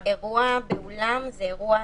אירוע באולם הוא אירוע,